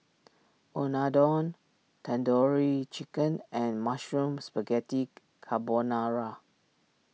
Unadon Tandoori Chicken and Mushroom Spaghetti Carbonara